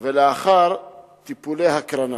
ולאחר טיפולי הקרנה.